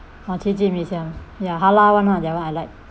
ah qi ji mee siam ya halal one lah that one I like